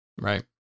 Right